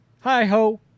Hi-ho